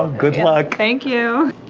ah good luck! thank you.